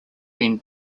been